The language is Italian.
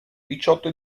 diciotto